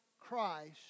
Christ